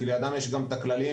כי לידם יש גם את הכלליים,